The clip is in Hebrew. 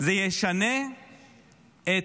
הוא ישנה את